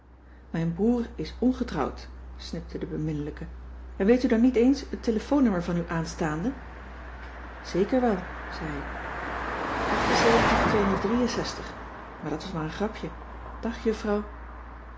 mijn broer is ongetrouwd snibde de beminnelijke en weet u dan niet eens het telefoonnummer van uw aanstaande zeker wel zei ik aar dat was maar een grapje dag juffrouw